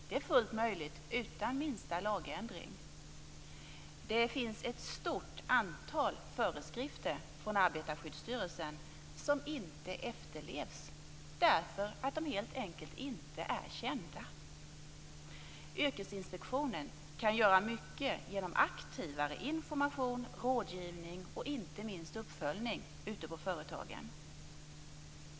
Det är fullt möjligt utan minsta lagändring. Det finns ett stort antal föreskrifter från Arbetarskyddsstyrelsen som inte efterlevs därför att de helt enkelt inte är kända. Yrkesinspektionen kan göra mycket genom aktivare information, rådgivning och, inte minst, uppföljning ute på företagen.